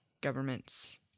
governments